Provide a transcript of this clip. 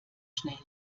schnell